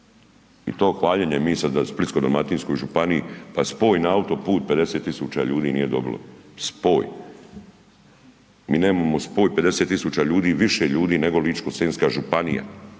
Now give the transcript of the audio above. se ne razumije./... Splitsko-dalmatinskoj županiji, pa spoj na autoput 50 tisuća ljudi nije dobilo, spoj. Mi nemamo spoj, 50 tisuća ljudi više ljudi nego Ličko-senjska županija,